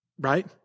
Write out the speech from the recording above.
right